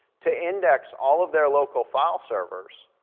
to index all of their local file servers,